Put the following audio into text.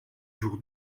jour